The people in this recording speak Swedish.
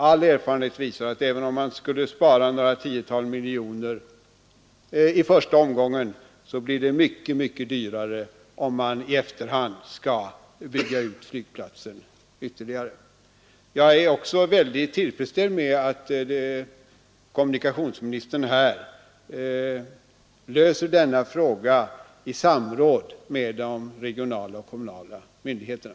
All erfarenhet visar att även om man skulle spara några tiotal miljoner i första omgången blir det mycket, mycket dyrare om man i efterhand skall bygga ut flygplatsen ytterligare. Jag är också mycket tillfredsställd med att kommunikationsministern löser denna fråga i samråd med de regionala och kommunala myndigheterna.